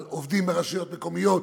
אבל עובדים ברשויות מקומיות,